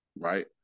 Right